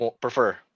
Prefer